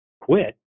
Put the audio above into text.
quit